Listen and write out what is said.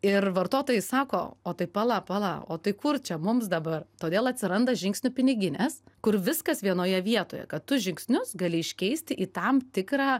ir vartotojai sako o tai pala pala o tai kur čia mums dabar todėl atsiranda žingsnių piniginės kur viskas vienoje vietoje kad tu žingsnius gali iškeisti į tam tikrą